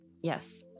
Yes